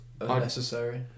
unnecessary